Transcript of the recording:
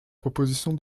proposition